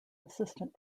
assistant